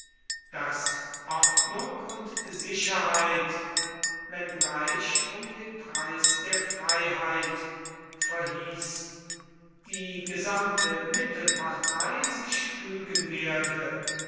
das ordnung und sicherheit wenngleich um den preis der freiheit verhieß die gesamte mittelpartei sich fügen werde